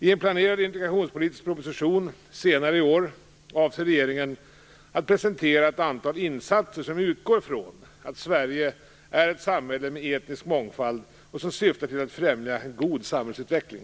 I en planerad integrationspolitisk proposition senare i år avser regeringen att presentera ett antal insatser som utgår från att Sverige är ett samhälle med etnisk mångfald och som syftar att främja en god samhällsutveckling.